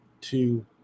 two